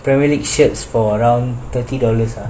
premier league shirts for around thirty dollars ah